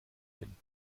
hin